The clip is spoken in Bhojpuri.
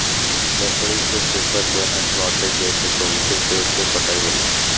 लकड़ी के पेपर बनत बाटे जेसे बहुते पेड़ के कटाई होला